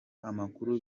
amakuru